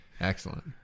Excellent